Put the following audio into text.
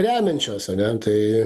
remiančios ane tai